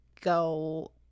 go –